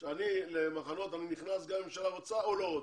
שהוא נכנס למחנות גם אם הממשלה רוצה או לא רוצה,